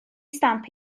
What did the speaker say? stamp